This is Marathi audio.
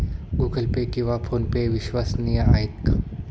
गूगल पे किंवा फोनपे विश्वसनीय आहेत का?